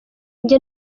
njye